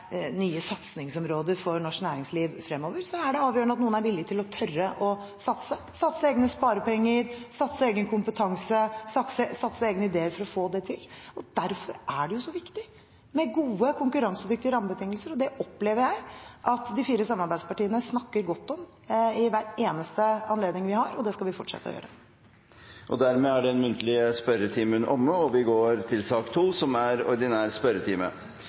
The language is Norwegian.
satsingsområder for norsk næringsliv fremover, er det avgjørende at noen er villig til å tørre å satse – satse egne sparepenger, satse egen kompetanse, satse egne ideer – for å få dette til. Derfor er det viktig med gode, konkurransedyktige rammebetingelser. Det opplever jeg at vi i de fire samarbeidspartiene snakker godt om ved hver eneste anledning vi har, og det skal vi fortsette å gjøre. Dermed er den muntlige spørretimen omme. Det blir noen endringer i den oppsatte spørsmålslisten. Presidenten viser i den sammenheng til den elektroniske spørsmålslisten som er